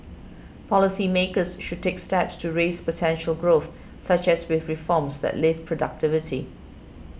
policy makers should take steps to raise potential growth such as with reforms that lift productivity